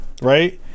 right